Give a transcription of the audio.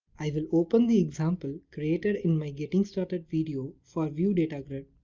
i will open the example created in my getting started video for vue datagrid.